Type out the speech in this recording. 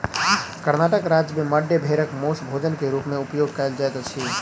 कर्णाटक राज्य में मांड्या भेड़क मौस भोजन के रूप में उपयोग कयल जाइत अछि